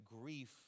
grief